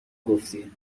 گفتی